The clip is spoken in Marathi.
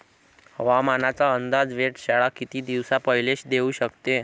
हवामानाचा अंदाज वेधशाळा किती दिवसा पयले देऊ शकते?